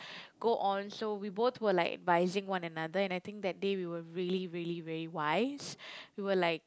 go on so we both were like advising one another and I think that day we were really really very wise we were like